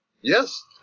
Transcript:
yes